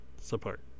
support